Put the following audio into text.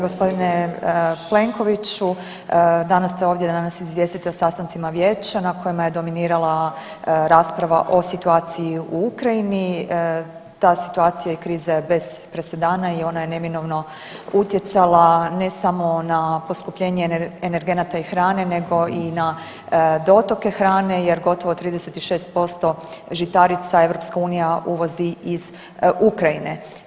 Gospodine Plenkoviću danas ste ovdje da nas izvijestite o sastancima Vijeća na kojima je dominirala rasprava o situaciji u Ukrajini, ta situacija i kriza je bez presedana i ona je neminovno utjecala ne samo na poskupljenje energenata i hrane nego i na dotoke hrane jer gotovo 36% žitarica EU uvozi iz Ukrajine.